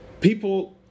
people